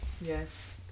Yes